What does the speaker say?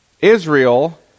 Israel